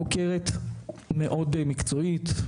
חוקרת מאוד מקצועית,